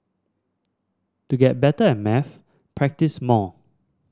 to get better at maths practise more